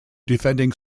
defending